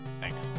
Thanks